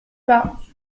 pas